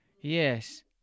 Yes